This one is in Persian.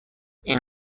این